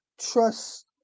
trust